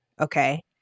Okay